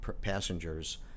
passengers